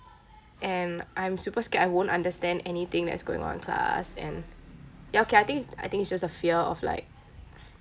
and I'm super scared I won't understand anything that's going on in class and ya okay I think it~ I think it's just the fear of like